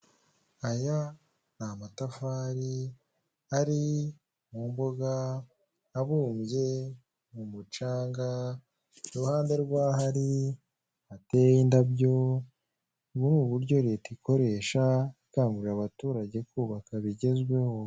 Aya ni amatafari ari mu mbuga, abumbye mu mucanga, iruhande rw'aho ari hateye indabyo, muri ubu buryo leta ikoresha ikangurira abaturage kubaka bigezweho.